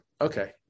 Okay